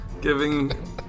giving